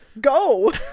Go